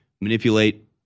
manipulate